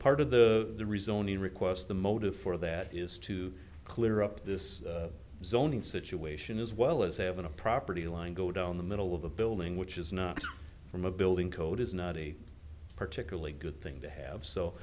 part of the the rezoning request the motive for that is to clear up this zoning situation as well as having a property line go down the middle of a building which is not from a building code is not a particularly good thing to have so